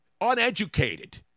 uneducated